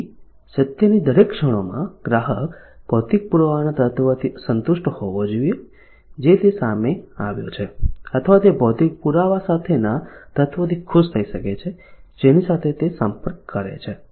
તેથી સત્યની આ દરેક ક્ષણોમાં ગ્રાહક ભૌતિક પુરાવાના તત્વથી સંતુષ્ટ હોવો જોઈએ કે જે તે સામે આવ્યો છે અથવા તે ભૌતિક પુરાવા સાથેના તત્વોથી ખુશ થઈ શકે છે જેની સાથે તે સંપર્ક કરે છે